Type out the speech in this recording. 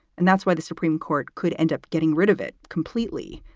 and that's why the supreme court could end up getting rid of it completely.